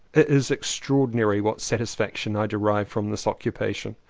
it is extraordinary what satisfaction i derive from this occupation.